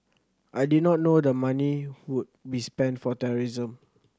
I did not know the money would be spent for terrorism